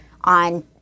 on